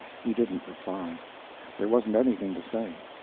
he didn't reply there wasn't anything to say.